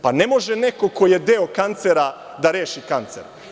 Pa ne može neko ko je deo kancera da reši kancer.